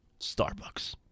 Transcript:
Starbucks